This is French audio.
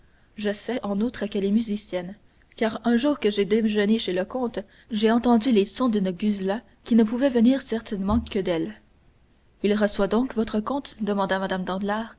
je sais en outre qu'elle est musicienne car un jour que j'ai déjeuné chez le comte j'ai entendu les sons d'une guzla qui ne pouvaient venir certainement que d'elle il reçoit donc votre comte demanda mme